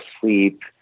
sleep